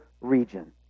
region